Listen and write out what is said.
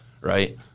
right